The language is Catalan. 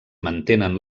mantenen